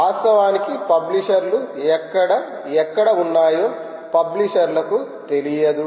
వాస్తవానికి పబ్లిషర్లు ఎక్కడ ఎక్కడ ఉన్నాయో పబ్లిషర్లకు తెలియదు